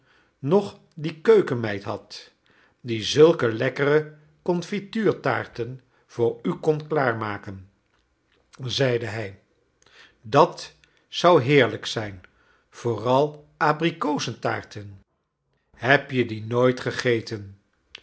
nog die keukenmeid had die zulke lekkere confituurtaarten voor u kon klaarmaken zeide hij dat zou heerlijk zijn vooral abrikozentaarten heb je die nooit gegeten